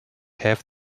have